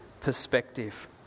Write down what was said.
perspective